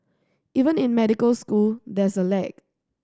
even in medical school there's a lag